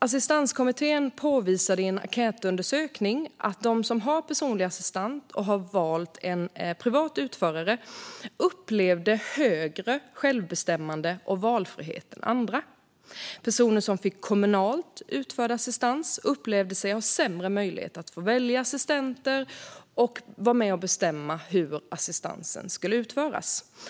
Assistanskommittén påvisade i en enkätundersökning att de som har personlig assistans och som har valt en privat utförare upplevde större självbestämmande och valfrihet än andra. Personer som fick kommunalt utförd assistans upplevde sig ha sämre möjligheter att få välja assistenter och att vara med och bestämma hur assistansen skulle utföras.